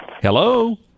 Hello